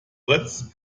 frites